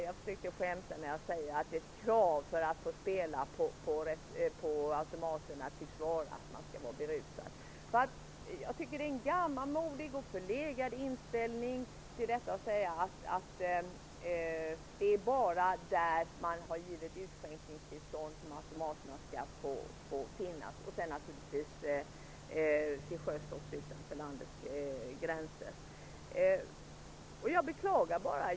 Jag försökte skämta när jag sade att ett krav för att få spela på automaterna tycks vara att man skall vara berusad. Det är en gammalmodig och förlegad inställning att säga att automaterna bara skall få finnas där det har givits utskänkningstillstånd. De finns naturligtvis också till sjöss utanför landets gränser. Jag beklagar detta.